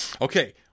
Okay